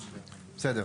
בסדר.